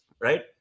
right